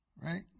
right